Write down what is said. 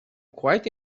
quite